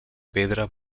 pedra